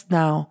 now